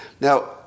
Now